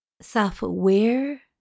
self-aware